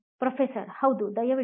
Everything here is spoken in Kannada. ಪ್ರೊಫೆಸರ್ ಹೌದು ದಯವಿಟ್ಟು